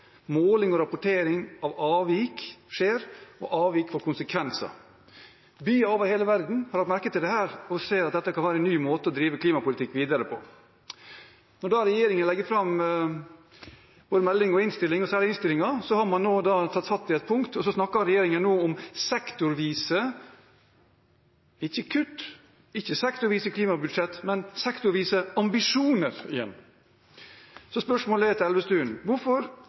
Måling og rapportering av avvik skjer, og avvik får konsekvenser. Byer over hele verden har lagt merke til dette og ser at det kan være en ny måte å drive klimapolitikk videre på. Når regjeringen legger fram meldingen og regjeringspartiene i innstillingen fremmer forslag, tar man fatt i ett punkt og snakker om «sektorvise ambisjoner» – ikke sektorvise kutt eller sektorvise klimabudsjett. Spørsmålet til Elvestuen er: Hvorfor